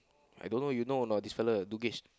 I don't know you know or not this fella Dugesh